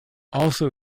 also